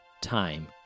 time